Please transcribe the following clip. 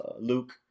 Luke